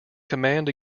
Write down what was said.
command